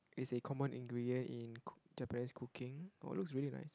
is a common ingredient in coo~ Japanese cooking oh it looks really nice